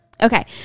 Okay